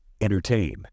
Entertain